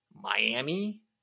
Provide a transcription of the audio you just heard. Miami